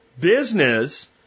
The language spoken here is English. business